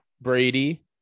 Brady